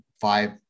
five